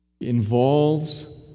involves